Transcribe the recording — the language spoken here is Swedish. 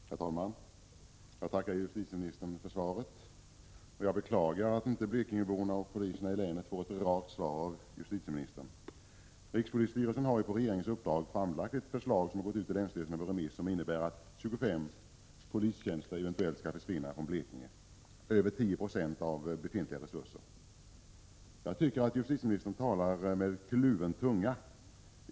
Herr talman! Jag tackar justitieministern för svaret. Jag beklagar att inte blekingeborna och poliserna i länet får ett rakt svar av justitieministern. Rikspolisstyrelsen har på regeringens uppdrag framlagt ett förslag som gått ut till länsstyrelserna på remiss och som innebär att 25 polistjänster eventuellt skall försvinna från Blekinge. Det motsvarar över 10 96 av befintliga resurser. Jag tycker att justitieministern talar med kluven tunga.